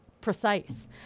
precise